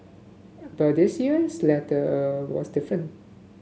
but this year is letter a was different